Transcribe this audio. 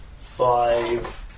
Five